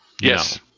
Yes